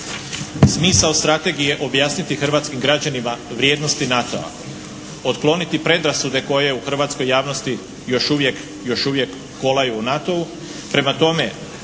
Smisao strategije objasniti hrvatskim građanima vrijednostima NATO-a, otkloniti predrasude koje u hrvatskoj javnosti još uvijek kolaju u NATO-u. Prema tome,